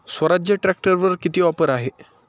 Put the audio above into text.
स्वराज ट्रॅक्टरवर किती ऑफर आहे?